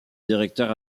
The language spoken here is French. directeur